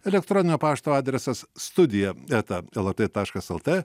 elektroninio pašto adresas studija eta lrt taškas lt